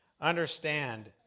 Understand